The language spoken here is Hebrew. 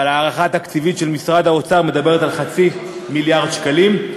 אבל ההערכה התקציבית של משרד האוצר מדברת על חצי מיליארד שקלים.